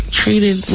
treated